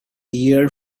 year